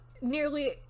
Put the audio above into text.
nearly